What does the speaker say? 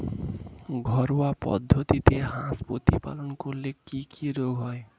ঘরোয়া পদ্ধতিতে হাঁস প্রতিপালন করলে কি কি রোগ হয়?